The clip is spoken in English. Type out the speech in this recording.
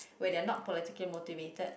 where they're not politically motivated